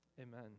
amen